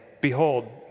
behold